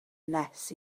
nes